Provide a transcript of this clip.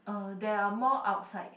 uh there are more outside